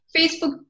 Facebook